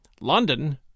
London